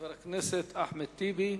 חבר הכנסת אחמד טיבי,